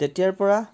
তেতিয়াৰ পৰা